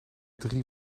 drie